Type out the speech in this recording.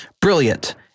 Brilliant